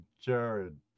Jared